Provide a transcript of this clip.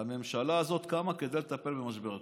הממשלה הזאת קמה כדי לטפל במשבר הקורונה.